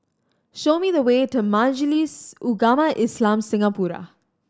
show me the way to Majlis Ugama Islam Singapura